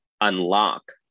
unlock